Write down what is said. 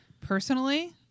Personally